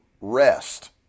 rest